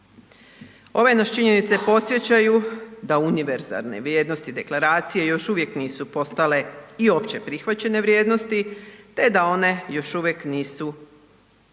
Ove nas činjenice podsjećaju da univerzalne vrijednosti deklaracije još uvijek nisu postale i opće prihvaćene vrijednosti, te da one još uvijek nisu osigurane